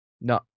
No